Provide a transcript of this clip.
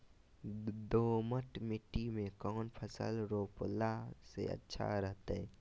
दोमट मिट्टी में कौन फसल रोपला से अच्छा रहतय?